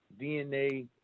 DNA